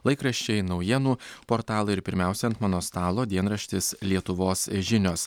laikraščiai naujienų portalai ir pirmiausia ant mano stalo dienraštis lietuvos žinios